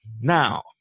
Now